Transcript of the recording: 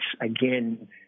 again